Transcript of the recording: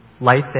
lights